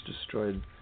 destroyed